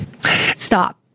Stop